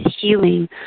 healing